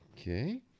Okay